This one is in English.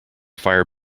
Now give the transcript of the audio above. fire